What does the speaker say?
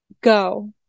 go